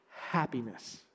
happiness